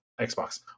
Xbox